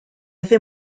hace